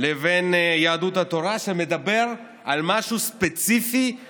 לרבות היחידה הארצית לאכיפת דיני תכנון